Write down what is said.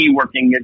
working